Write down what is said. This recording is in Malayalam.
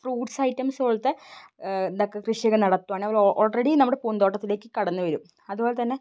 ഫ്രൂട്ട്സ് ഐറ്റംസ് പോലത്തെ ഇതൊക്കെ കൃഷിയൊക്കെ നടത്തുകയാണ് നമ്മൾ ഓൾറെഡി നമ്മുടെ പൂന്തോട്ടത്തിലേക്ക് കടന്നു വരും അതുപോലെ തന്നെ